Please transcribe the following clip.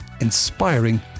inspiring